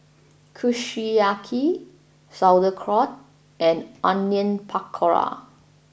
Kushiyaki Sauerkraut and Onion Pakora